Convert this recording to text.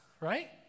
right